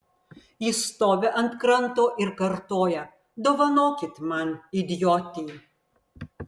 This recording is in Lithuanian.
ji stovi ant kranto ir kartoja dovanokit man idiotei